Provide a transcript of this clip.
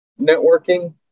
networking